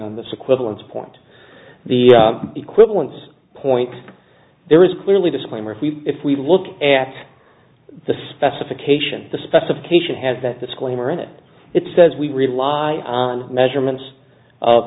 on this equivalence point the equivalence point there is clearly disclaimer if we look at the specification the specification has that disclaimer in it it says we rely on measurements